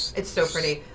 it's so pretty